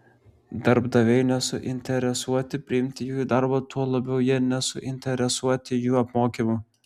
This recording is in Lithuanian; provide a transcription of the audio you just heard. darbdaviai nesuinteresuoti priimti jų į darbą tuo labiau jie nesuinteresuoti jų apmokymu